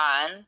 on